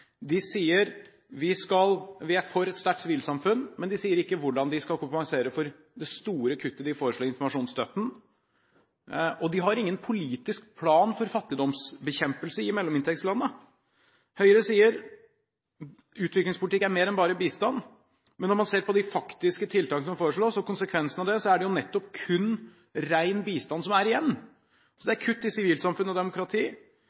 De sier at de er for et sterkt sivilsamfunn, men de sier ikke hvordan de skal kompensere for det store kuttet de foreslår i informasjonsstøtten. De har ingen politisk plan for fattigdomsbekjempelse i mellominntektslandene. Høyre sier at utviklingspolitikk er mer enn bare bistand, men når man ser på de faktiske tiltak som foreslås, og konsekvensene av det, er det nettopp kun ren bistand som er igjen. Så det er kutt i sivilsamfunn og demokrati,